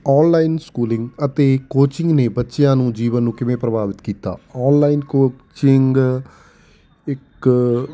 online schooling ਅਤੇ coaching ਨੇ ਬੱਚਿਆਂ ਨੂੰ ਜੀਵਨ ਨੂੰ ਕਿਵੇਂ ਪ੍ਰਭਾਵਿਤ ਕੀਤਾ ਆਨਲਾਈਨ ਕੋਚਿੰਗ ਇੱਕ